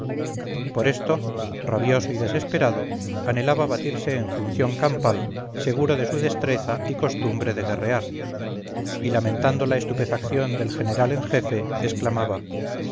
por esto rabioso y desesperado anhelaba batirse en función campal seguro de su destreza y costumbre de guerrear y lamentando la estupefacción del general en jefe exclamaba